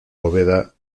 bóveda